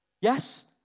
Yes